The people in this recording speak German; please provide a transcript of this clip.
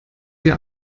ihr